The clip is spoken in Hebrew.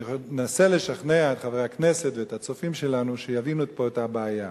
אני מנסה לשכנע את חברי הכנסת ואת הצופים שלנו שיבינו פה את הבעיה.